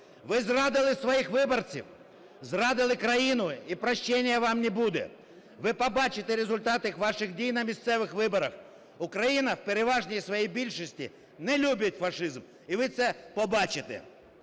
Ви зрадили своїх виборців, зрадили країну і прощения вам не буде. Ви побачите результати ваших дій на місцевих виборах. Україна в переважній своїй більшості не любить фашизм, і ви це побачите.